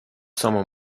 summer